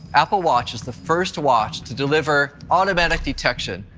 apple watch is the first watch to deliver automatic detection.